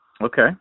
Okay